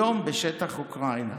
היום בשטח אוקראינה.